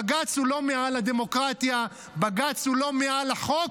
בג"ץ הוא לא מעל הדמוקרטיה, בג"ץ הוא לא מעל החוק,